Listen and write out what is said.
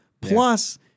plus